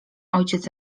ojciec